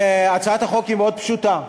הצעת החוק היא מאוד פשוטה.